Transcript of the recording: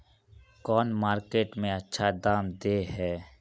कौन मार्केट में अच्छा दाम दे है?